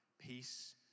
Peace